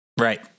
Right